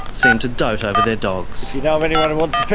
seem to dote over their dogs. if you know of anyone who wants